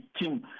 team